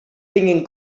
tinguin